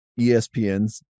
ESPN's